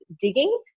digging